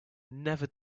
never